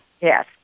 Yes